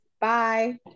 Bye